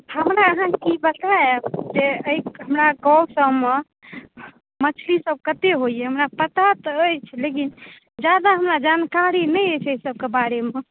हमरा अहाँ ई बताएब जे एहि हमरा गाँव सबमे मछली सब कतेक होइए हमरा पता तऽ अछि लेकिन जादा हमरा जानकारी नहि अछि एहि सबके बारेमे